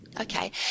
okay